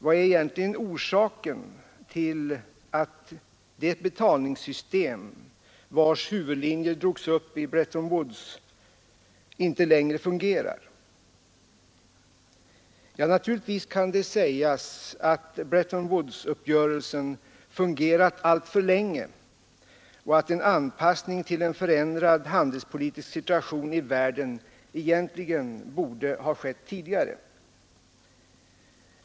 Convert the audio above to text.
Vad är den egentliga orsaken till att det betalningssystem vars huvudlinjer drogs upp i Bretton Woods inte längre fungerar? Ja, naturligtvis kan det sägas att Bretton Woods-uppgörelsen fungerat alltför länge och att en anpassning till en förändrad handelspolitisk situation i världen egentligen borde ha skett tidigare.